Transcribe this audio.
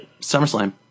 SummerSlam